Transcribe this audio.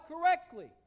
correctly